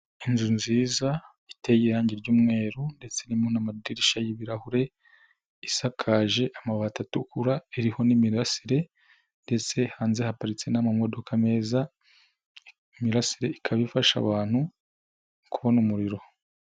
Inzu nziza iteye irangi ry'umweru ndetse irimo n'amadirisha y'ibirahure, isakaje amabati atukura, iriho n'imirasire ndetse hanze haparitse n'amamodoka meza, imirasire ikaba ifasha abantu kubona umuriro.